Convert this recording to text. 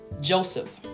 Joseph